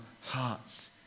hearts